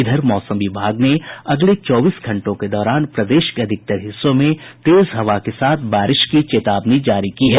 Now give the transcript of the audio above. इधर मौसम विभाग ने अगले चौबीस घंटों के दौरान प्रदेश के अधिकतर हिस्सों में तेज हवा के साथ बारिश की चेतावनी जारी की है